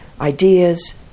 ideas